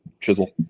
chisel